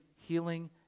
healing